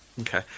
okay